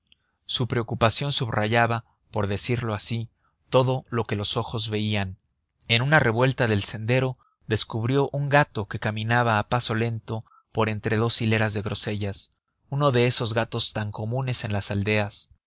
su preocupación subrayaba por decirlo así todo lo que sus ojos veían en una revuelta del sendero descubrió un gato que caminaba a paso lento por entre dos hileras de grosellas uno de esos gatos tan comunes en las aldeas